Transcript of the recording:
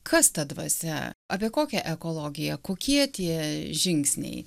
kas ta dvasia apie kokią ekologiją kokie tie žingsniai